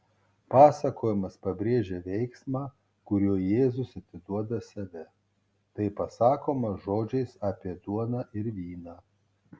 pasakojimas pabrėžia veiksmą kuriuo jėzus atiduoda save tai pasakoma žodžiais apie duoną ir vyną